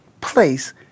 place